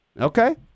Okay